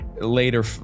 later